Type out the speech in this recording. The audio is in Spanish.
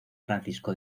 francisco